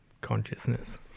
consciousness